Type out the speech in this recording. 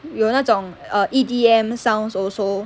有那种 err E_D_M sounds also